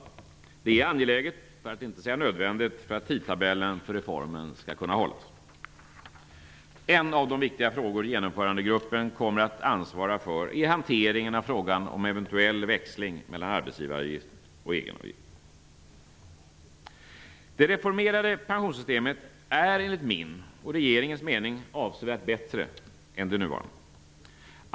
Det är angeläget -- för att inte säga nödvändigt -- för att tidtabellen för reformen skall kunna hållas. En av de viktiga frågor genomförandegruppen kommer att ansvara för är hanteringen av frågan om eventuell växling mellan arbetsgivaravgift och egenavgift. Det reformerade pensionssystemet är enligt min och regeringens mening avsevärt bättre än det nuvarande.